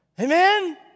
Amen